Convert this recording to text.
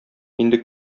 инде